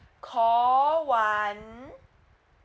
call one